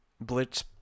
blitz